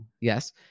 Yes